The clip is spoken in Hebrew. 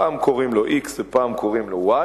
פעם קוראים לו x ופעם קוראים לו y